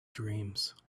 dreams